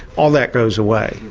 all that goes away.